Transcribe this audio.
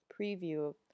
preview